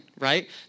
Right